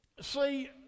See